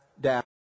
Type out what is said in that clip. down